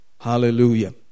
Hallelujah